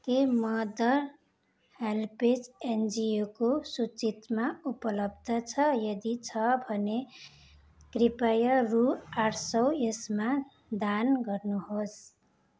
के Mother HelpAge एनजिओको सूचिमा उपलब्ध छ यदि छ भने कृपया रु आठ सौ यसमा दान गर्नुहोस्